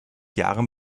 jahren